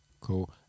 cool